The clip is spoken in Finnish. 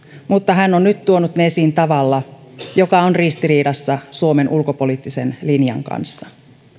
mutta hän on nyt tuonut ne esiin tavalla joka on ristiriidassa suomen ulkopoliittisen linjan kanssa